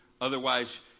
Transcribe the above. Otherwise